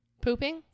Pooping